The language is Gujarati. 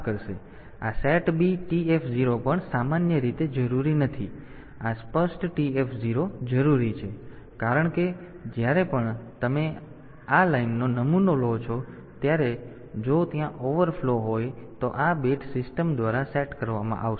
તેથી આ SETB TF 0 પણ સામાન્ય રીતે જરૂરી નથી પરંતુ આ સ્પષ્ટ TF 0 જરૂરી છે કારણ કે જ્યારે પણ તમે આ લાઇનનો નમૂનો લો છો ત્યારે જો ત્યાં ઓવરફ્લો હોય તો આ બીટ સિસ્ટમ દ્વારા સેટ કરવામાં આવશે